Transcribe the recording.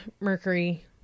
Mercury